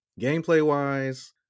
gameplay-wise